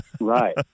Right